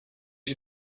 you